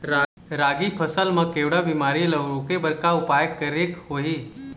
रागी फसल मा केवड़ा बीमारी ला रोके बर का उपाय करेक होही?